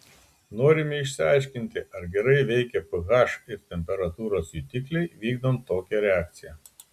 norime išsiaiškinti ar gerai veikia ph ir temperatūros jutikliai vykdant tokią reakciją